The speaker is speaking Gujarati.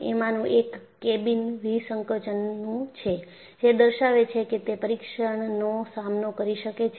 એમાંનું એક કેબિન વિસંકોચનનું છે જે દર્શાવે છે કે તે પરીક્ષણનો સામનો કરી શકે છે